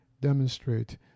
demonstrate